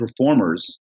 performers